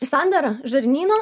sandara žarnyno